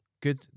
Good